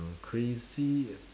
uh crazy